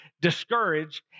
discouraged